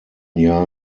jahr